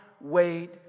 wait